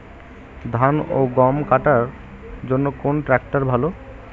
ধান ও গম কাটার জন্য কোন ট্র্যাক্টর ভালো?